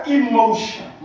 emotion